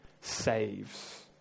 saves